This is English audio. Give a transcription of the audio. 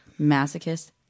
Masochist